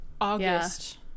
August